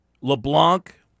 LeBlanc